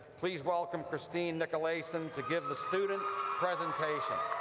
please welcome christine nicolaysen to give the student presentation.